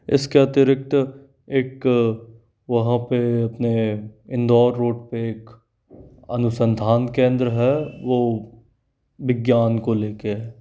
इसके अतिरिक्त एक वहाँ पे अपने इंदौर रोड पे एक अनुसंधान केंद्र है वो विज्ञान को लेके है